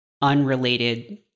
unrelated